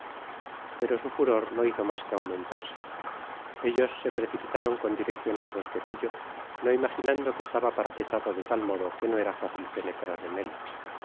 pero su furor no hizo mas que aumentarse ellos se precipitaron con direccion al bosquecillo no imaginando que estaba parapetado do tal modo que no era fácil penetrar en él